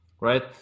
right